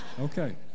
Okay